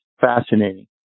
fascinating